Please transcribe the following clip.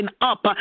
up